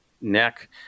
neck